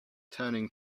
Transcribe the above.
turning